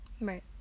Right